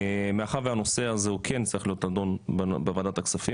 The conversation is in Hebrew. מאחר והנושא הזה כן צריך להיות נדון בוועדת הכספים